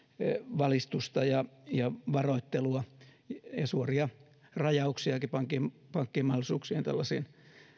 valistusta ja ja varoittelua ja suoria rajauksiakin pankkien mahdollisuuksiin tällaisiin